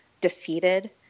defeated